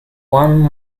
one